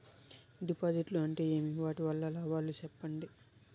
డిపాజిట్లు అంటే ఏమి? వాటి వల్ల లాభాలు సెప్పండి?